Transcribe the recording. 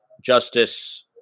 justice